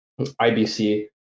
ibc